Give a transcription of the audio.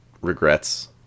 regrets